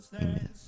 amen